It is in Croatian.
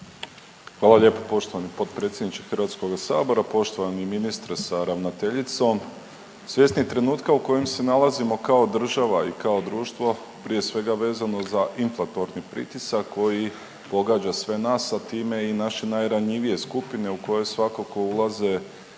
Hvala lijepo potpredsjedniče HS-a, poštovani ministre sa ravnateljicom. Svjesni trenutka u kojem se nalazimo kao država i kao društvo, prije svega vezano za inflatorni pritisak koji pogađa sve nas, a time i naše najranjivije skupine u koje svakako ulaze